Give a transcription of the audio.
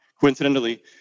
coincidentally